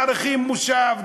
מאריכים מושב,